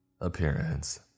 Appearance